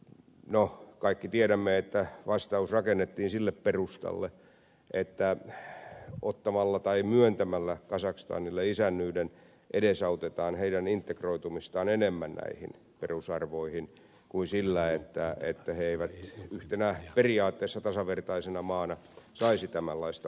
no kaikki tiedämme että vastaus rakennettiin sille perustalle että myöntämällä kazakstanille isännyys edesautetaan heidän integroitumistaan enemmän näihin perusarvoihin kuin sillä että he eivät yhtenä periaatteessa tasavertaisena maana saisi tämänlaista mahdollisuutta